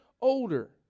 older